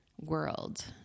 world